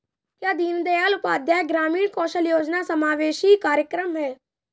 क्या दीनदयाल उपाध्याय ग्रामीण कौशल योजना समावेशी कार्यक्रम है?